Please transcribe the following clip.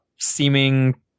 seeming